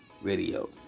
Radio